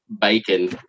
bacon